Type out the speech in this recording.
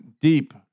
deep